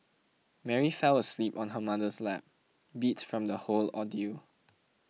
Mary fell asleep on her mother's lap beat from the whole ordeal